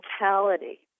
mentality